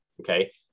Okay